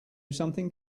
something